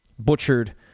butchered